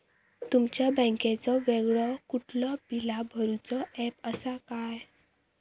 तुमच्या बँकेचो वेगळो कुठलो बिला भरूचो ऍप असा काय?